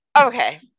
Okay